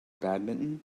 badminton